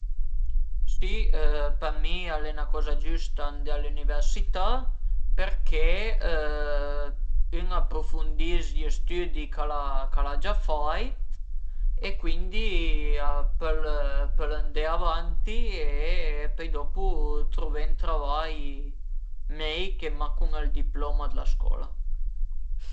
Si për mi al e 'na coza giüsta andé a l'üniversità perché ün al aprufundis i stüdi ch'al a gia fait e cuindi a pöl pöl andé avanti e pöi dopu truvé ün travai mei che mach cun ël diploma d'la scola